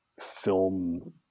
film